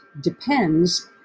depends